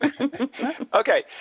Okay